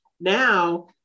now